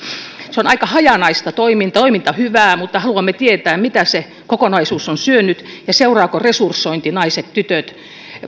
se on aika hajanaista toiminta on hyvää mutta haluamme tietää mitä kokonaisuus on syönyt ja seuraako resursointi naiset ja tytöt